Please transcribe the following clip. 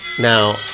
Now